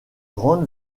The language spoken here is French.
grande